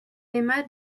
emma